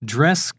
Dress